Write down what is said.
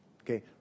Okay